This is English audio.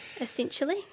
essentially